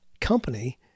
company